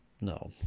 No